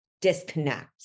disconnect